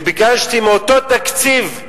וביקשתי מאותו תקציב,